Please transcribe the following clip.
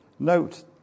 note